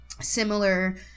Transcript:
similar